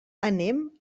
anem